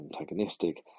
antagonistic